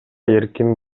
эркин